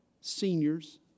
seniors